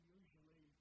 usually